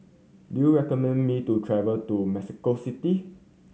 do you recommend me to travel to Mexico City